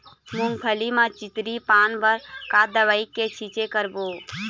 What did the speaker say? मूंगफली म चितरी पान बर का दवई के छींचे करबो?